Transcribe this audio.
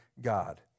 God